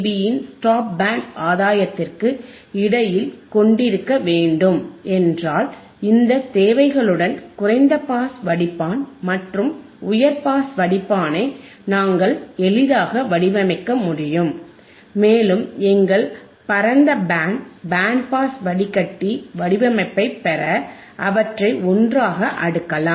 பியின் stop band ஆதாயத்திற்கு இடையில் கொண்டிருக்க வேண்டும் என்றால் இந்த தேவைகளுடன் குறைந்த பாஸ் வடிப்பான் மற்றும் உயர் பாஸ் வடிப்பானை நாங்கள் எளிதாக வடிவமைக்க முடியும் மேலும் எங்கள் பரந்த பேண்ட் பேண்ட் பாஸ் வடிகட்டி வடிவமைப்பை பெற அவற்றை ஒன்றாக அடுக்கலாம்